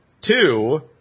Two